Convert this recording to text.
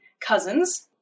cousins